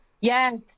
Yes